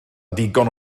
digon